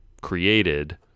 created